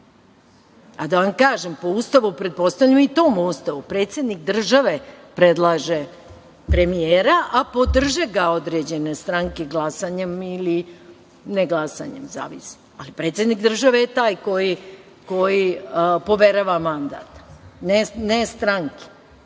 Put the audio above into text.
vam kažem, po Ustavu pretpostavljam i tom Ustavu, predsednik države predlaže premijera, a podrže ga određene stranke glasanjem ili ne glasanjem, zavisi. Predsednik države je taj koji poverava mandat, ne stranke.